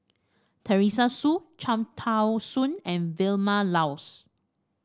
Teresa Hsu Cham Tao Soon and Vilma Laus